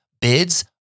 bids